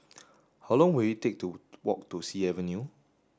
how long will it take to walk to Sea Avenue